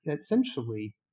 essentially